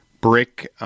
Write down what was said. brick